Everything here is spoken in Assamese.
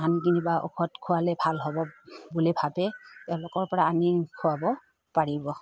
আন কিবা ঔষধ খোৱালে ভাল হ'ব বুলি ভাবে তেওঁলোকৰপৰা আনি খুৱাব পাৰিব